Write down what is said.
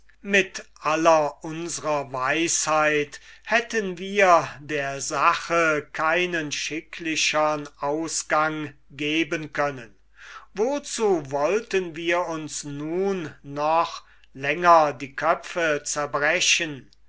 mit aller unsrer weisheit hätten wir der sache keinen schicklichern ausgang geben können wozu wollten wir uns nun noch länger die köpfe zerbrechen